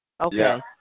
Okay